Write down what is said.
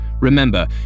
Remember